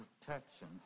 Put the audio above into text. protection